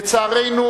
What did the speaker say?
לצערנו,